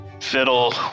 Fiddle